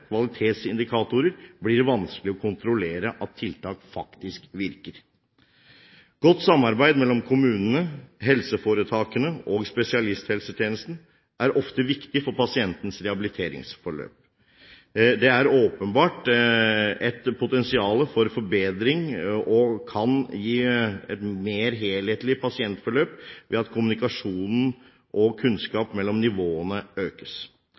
kvalitetsindikatorer blir det vanskelig å kontrollere at tiltak faktisk virker. Godt samarbeid mellom kommunene, helseforetakene og spesialisthelsetjenesten er ofte viktig for pasientens rehabiliteringsforløp. Det er åpenbart et potensial for forbedring som kan gi et mer helhetlig pasientforløp ved at kommunikasjon og kunnskap mellom nivåene økes.